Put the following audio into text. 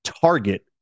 target